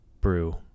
brew